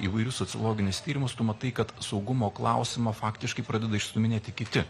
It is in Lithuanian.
įvairius sociologinius tyrimus tu matai kad saugumo klausimą faktiškai pradeda išstūminėti kiti